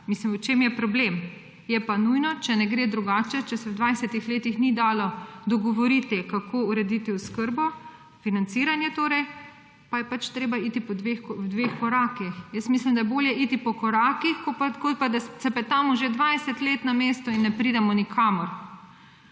mislim, v čem je problem. Je pa nujno, če ne gre drugače, če se v 20-ih letih ni dalo dogovoriti, kako urediti oskrbo, financiranje torej, pa je pač treba iti po dveh korakih. Mislim, da je bolje iti po korakih kot pa, da cepetamo že 20 let na mestu in ne pridemo nikamor.